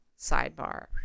sidebar